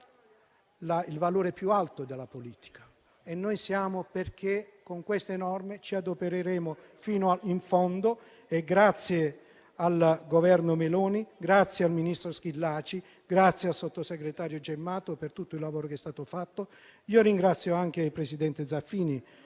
il valore più alto della politica. E con queste norme ci adopereremo fino in fondo. Ringrazio il Governo Meloni, il ministro Schillaci, il sottosegretario Gemmato per tutto il lavoro che è stato fatto. Ringrazio anche tanto il presidente Zaffini